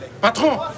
Patron